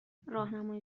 راهنمای